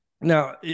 now